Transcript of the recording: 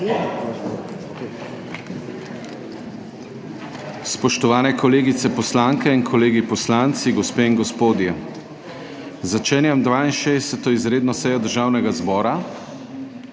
Spoštovane kolegice poslanke in kolegi poslanci, gospe in gospodje! Začenjam 62. izredno sejo Državnega zbora,